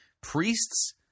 priests